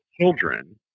children